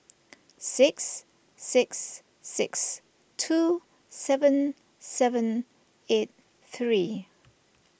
six six six two seven seven eight three